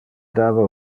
dava